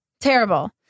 Terrible